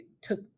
took